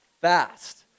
fast